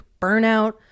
burnout